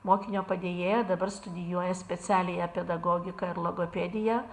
mokinio padėjėja dabar studijuoja specialiąją pedagogiką ir logopediją